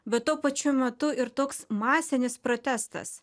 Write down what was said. bet tuo pačiu metu ir toks masinis protestas